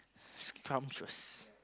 scrumptious